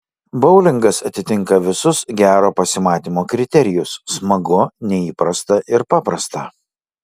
boulingas atitinka visus gero pasimatymo kriterijus smagu neįprasta ir paprasta